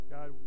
God